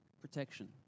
Protection